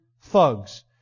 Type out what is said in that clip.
thugs